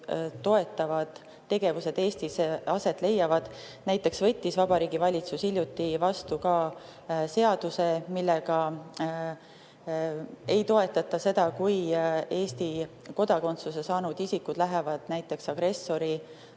toetavad tegevused Eestis aset leiavad. Näiteks võttis Vabariigi Valitsus hiljuti vastu seaduse, millega ei toetata seda, kui Eesti kodakondsuse saanud isikud lähevad näiteks agressori